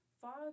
Fog